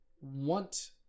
want